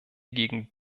gegen